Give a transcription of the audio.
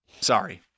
Sorry